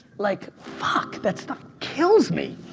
like fuck, that stuff kills me.